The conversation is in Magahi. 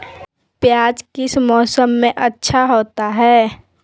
प्याज किस मौसम में अच्छा होता है?